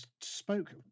spoke